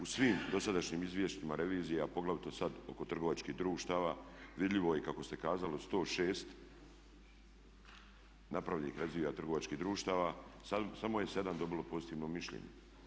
U svim dosadašnjim izvješćima revizija a poglavito sada oko trgovačkih društava vidljivo je kako ste kazali od 106 napravljenih revizija trgovačkih društava samo je 7 dobilo pozitivno mišljenje.